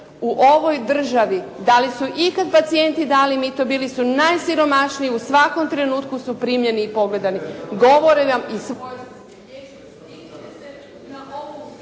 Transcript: u ovoj državi, da li su ikada pacijenti dali mito bili su najsiromašniji u svakom trenutku su primljeni i pogledani. Govorim vam.